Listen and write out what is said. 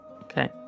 Okay